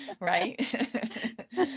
right